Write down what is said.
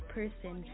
person